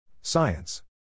Science